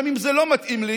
גם אם זה לא מתאים לי,